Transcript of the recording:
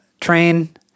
Train